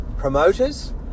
Promoters